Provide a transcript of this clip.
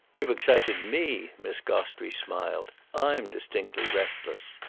you've excited me, miss gostrey smiled. i'm distinctly restless.